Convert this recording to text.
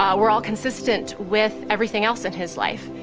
um were all consistent with everything else in his life,